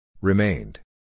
Remained